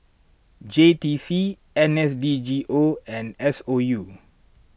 J T C N S D G O and S O U